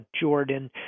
Jordan